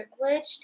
privileged